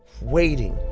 waiting,